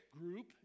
group